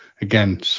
again